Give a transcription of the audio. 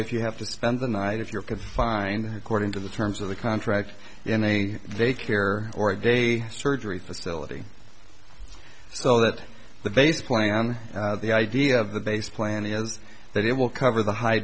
if you have to spend the night if you're confined according to the terms of the contract in a day care or a day surgery facility so that the base plan the idea of the base plan is that it will cover the high